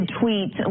tweet